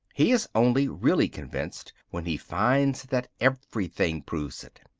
he is only really convinced when he finds that everything proves it.